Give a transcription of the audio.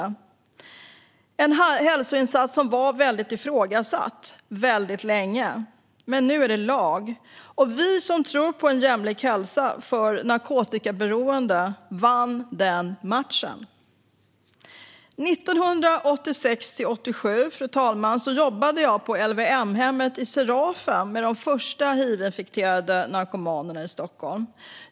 Sprututbyte är en hälsoinsats som var väldigt ifrågasatt väldigt länge, men nu är det lag. Vi som tror på en jämlik hälsa för narkotikaberoende vann den matchen. Under 1986 och 1987 jobbade jag på LVM-hemmet Serafen, med de första hivinfekterade narkomanerna i Stockholm.